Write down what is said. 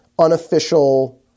unofficial